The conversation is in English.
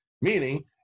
meaning